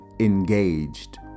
engaged